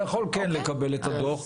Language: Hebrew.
מסקנות הוועדה ויכול לקבל את מסקנות הוועדה.